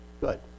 good